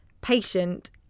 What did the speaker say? patient